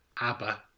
ABBA